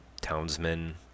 Townsmen